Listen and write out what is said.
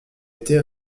été